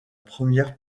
première